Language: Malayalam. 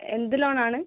എന്ത് ലോണാണ്